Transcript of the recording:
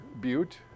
Butte